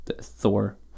Thor